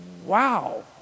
wow